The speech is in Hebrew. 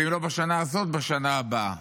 ואם לא בשנה הזאת, אז בשנה הבאה.